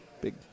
big